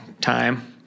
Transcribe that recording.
time